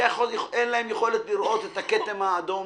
כי אין להם יכולת לראות את הכתם האדום,